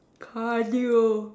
cardio